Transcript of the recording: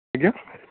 ଆଜ୍ଞା